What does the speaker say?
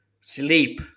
sleep